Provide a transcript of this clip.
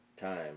time